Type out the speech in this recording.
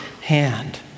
hand